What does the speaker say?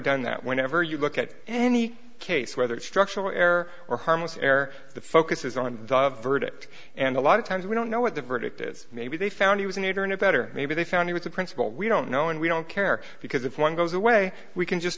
done that whenever you look at any case whether it's structural error or harmless error the focus is on the verdict and a lot of times we don't know what the verdict is maybe they found he was an aider and abettor maybe they found he was a principle we don't know and we don't care because if one goes away we can just